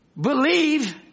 believe